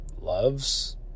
loves